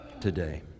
today